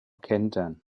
kentern